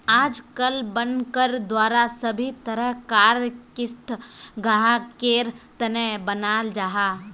आजकल बनकर द्वारा सभी तरह कार क़िस्त ग्राहकेर तने बनाल जाहा